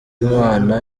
imana